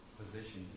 position